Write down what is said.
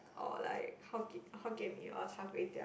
or like Hokkien Mee or Char Kway Teow